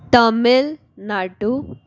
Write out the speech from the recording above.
Tamil Nadu